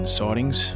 sightings